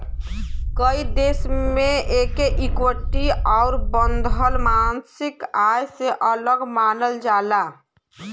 कई देश मे एके इक्विटी आउर बंधल मासिक आय से अलग मानल जाला